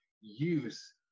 use